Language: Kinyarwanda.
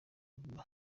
mutima